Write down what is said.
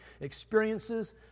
experiences